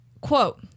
quote